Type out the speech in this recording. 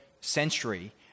century